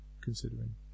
considering